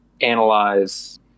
analyze